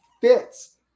fits